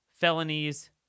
felonies